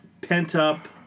pent-up